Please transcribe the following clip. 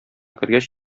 кергәч